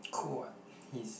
cool what he's